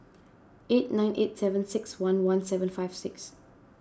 eight nine eight seven six one one seven five six